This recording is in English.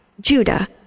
Judah